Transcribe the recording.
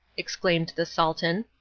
exclaimed the sultan.